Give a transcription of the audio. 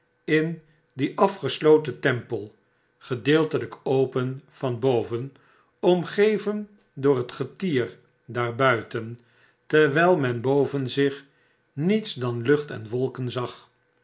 in dien afgesloten tempel gedeeltelyk open van boven omgeven door het getier daarbuiten terwyl men boven zich niets dan lucht en wolken zag